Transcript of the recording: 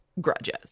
grudges